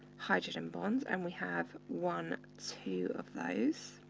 hydrogen bonds, and we have one, two of those.